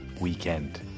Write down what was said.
weekend